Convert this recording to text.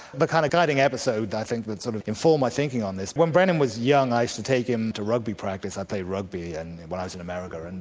but kind of guiding episode i think that sort of informed my thinking on this, when brenin was young, i used to take him to rugby practice, i played rugby and while i was in america. and